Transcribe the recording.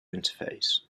interface